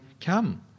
Come